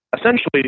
essentially